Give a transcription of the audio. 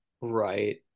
right